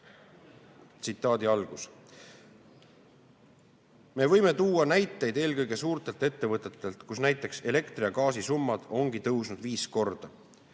paari lauset. "Me võime tuua näiteid eelkõige suurtelt ettevõtetelt, kus näiteks elektri- ja gaasisummad on tõusnud viis korda.